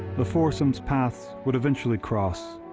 the foursome's paths would eventually cross,